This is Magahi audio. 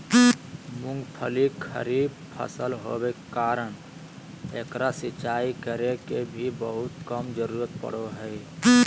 मूंगफली खरीफ फसल होबे कारण एकरा सिंचाई करे के भी बहुत कम जरूरत पड़ो हइ